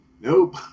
Nope